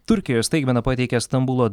turkijoje staigmeną pateikė stambulo